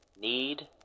need